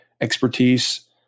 expertise